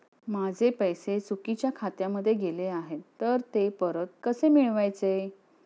माझे पैसे चुकीच्या खात्यामध्ये गेले आहेत तर ते परत कसे मिळवायचे?